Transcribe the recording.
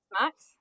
Max